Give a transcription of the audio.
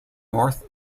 north